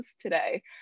today